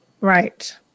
Right